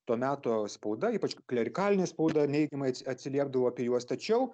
to meto spauda ypač klerikalinė spauda neigiamai atsiliepdavo apie juos tačiau